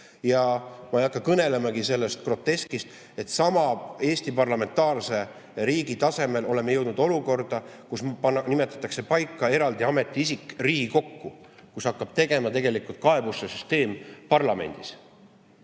Ma ei hakka kõnelemagi sellest groteskist, et me oleme Eesti parlamentaarse riigi tasemel jõudnud olukorda, kus nimetatakse eraldi ametiisik Riigikokku, kus ta hakkab tegema tegelikult kaebuste süsteemi parlamendis.